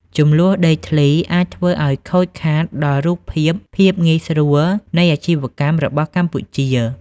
ជម្លោះដីធ្លីអាចធ្វើឱ្យខូចខាតដល់រូបភាព "ភាពងាយស្រួលនៃអាជីវកម្ម" របស់កម្ពុជា។